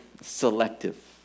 selective